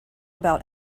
about